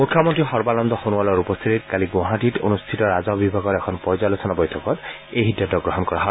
মুখ্যমন্তী সৰ্বানন্দ সোণোৱালৰ উপস্থিতিত কালি গুৱাহাটীত আয়োজিত ৰাজহ বিভাগৰ এখন পৰ্যালোচনা বৈঠকত এই সিদ্ধান্ত গ্ৰহণ কৰা হয়